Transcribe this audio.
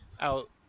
out